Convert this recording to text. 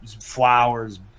Flowers